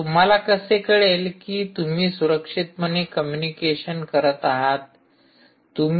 तर तुम्हाला कसे कळेल की तुम्ही सुरक्षितपणे कम्युनिकेशन करत आहात